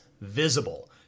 visible